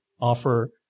offer